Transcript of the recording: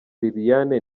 liliane